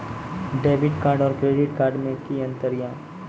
Debit card और credit card मे कि अंतर या?